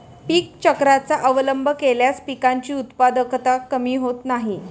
पीक चक्राचा अवलंब केल्यास पिकांची उत्पादकता कमी होत नाही